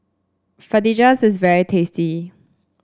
fajitas is very tasty